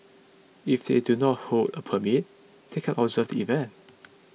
if they do not hold a permit they can observe the event